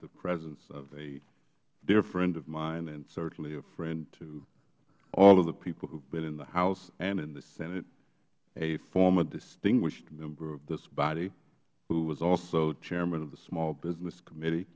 the presence of a dear friend of mine and certainly a friend to all of the people who have been in the house and in the senate a former distinguished member of this body who was also chairman of the small business committee